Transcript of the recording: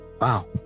Wow